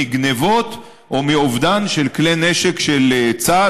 מגנבות או מאובדן של כלי נשק של צה"ל.